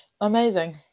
amazing